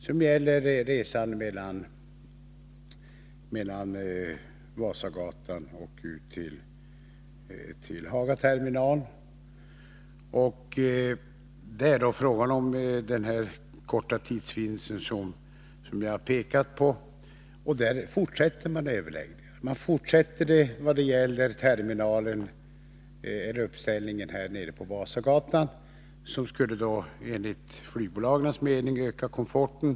Det gäller bl.a. resande mellan Vasagatan och Hagaterminalen, där det är fråga om den korta tidsvinst som jag har pekat på. Man fortsätter överläggningarna om terminalen på Vasagatan, som enligt flygbolagens mening skulle öka komforten.